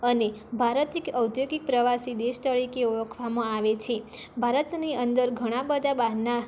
અને ભારત એક ઔદ્યોગિક પ્રવાસી દેશ તરીકે ઓળખવામાં આવે છે ભારતની અંદર ઘણા બધા બહારના